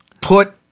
put